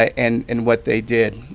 and and what they did.